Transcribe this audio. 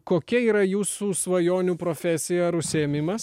kokia yra jūsų svajonių profesija ar užsiėmimas